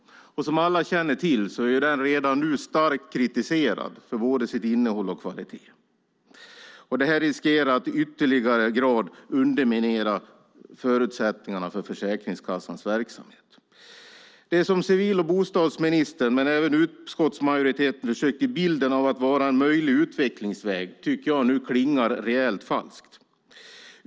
Som alla känner till är den redan nu starkt kritiserad för både sitt innehåll och sin kvalitet. Detta riskerar att i ytterligare grad underminera förutsättningarna för Försäkringskassans verksamhet. Det som civil och bostadsministern men även utskottsmajoriteten försökt ge bilden av att vara en möjlig utvecklingsväg klingar rejält falskt.